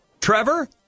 Trevor